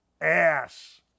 ass